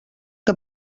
que